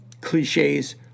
cliches